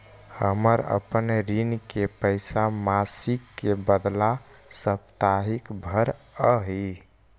हम अपन ऋण के पैसा मासिक के बदला साप्ताहिक भरअ ही